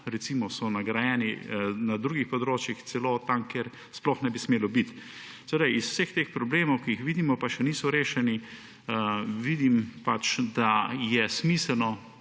recimo na drugih področjih, celo tam, kjer sploh ne bi smeli biti. Iz vseh teh problemov, ki jih vidimo, pa še niso rešeni, vidim, da je smiselno